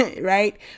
right